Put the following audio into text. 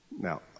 Now